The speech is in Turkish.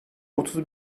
otuz